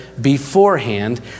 beforehand